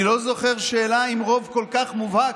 אני לא זוכר שאלה עם רוב כל כך מובהק,